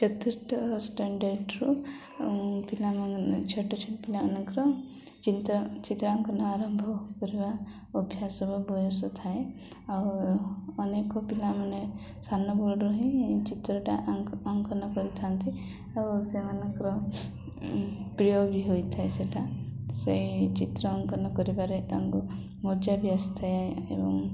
ଚତୁର୍ଥ ଷ୍ଟାଣ୍ଡାର୍ଡ଼ରୁ ପିଲା ଛୋଟ ଛୋଟ ପିଲାମାନଙ୍କର ଚ ଚିତ୍ରାଙ୍କନ ଆରମ୍ଭ ହୋଇ ଅଭ୍ୟାସ ବା ବୟସ ଥାଏ ଆଉ ଅନେକ ପିଲାମାନେ ସାନ ବେଳରୁ ହିଁ ଚିତ୍ରଟା ଆଙ୍କ ଅଙ୍କନ କରିଥାନ୍ତି ଆଉ ସେମାନଙ୍କର ପ୍ରିୟ ବି ହୋଇଥାଏ ସେଇଟା ସେଇ ଚିତ୍ର ଅଙ୍କନ କରିବାରେ ତାଙ୍କୁ ମଜା ବି ଆସିଥାଏ ଏବଂ